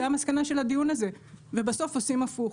זה המסקנה של הדיון הזה ובסוף עושים הפוך.